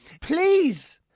please